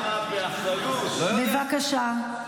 בבקשה.